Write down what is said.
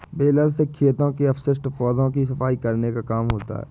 baler से खेतों के अवशिष्ट पौधों की सफाई करने का काम होता है